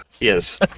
Yes